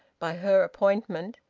by her appointment,